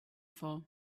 for